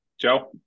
Joe